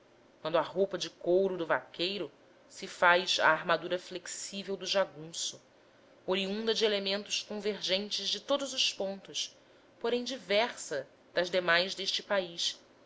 quando a roupa de couro do vaqueiro se faz a armadura flexível do jagunço oriunda de elementos convergentes de todos os pontos porém diversa das demais deste país